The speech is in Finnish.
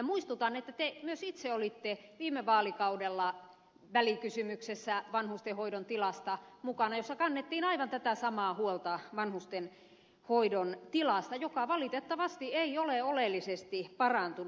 muistutan että te itse myös olitte viime vaalikaudella välikysymyksessä vanhustenhoidon tilasta mukana jossa kannettiin aivan tätä samaa huolta vanhustenhoidon tilasta joka valitettavasti ei ole oleellisesti parantunut